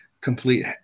complete